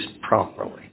properly